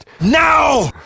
Now